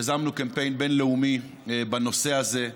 יזמנו קמפיין בין-לאומי בנושא הזה,